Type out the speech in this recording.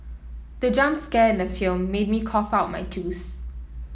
the jump scare in the film made me cough out my juice